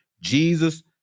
Jesus